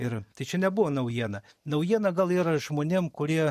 ir tai čia nebuvo naujiena naujiena gal yra žmonėm kurie